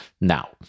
now